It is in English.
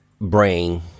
brain